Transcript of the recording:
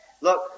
Look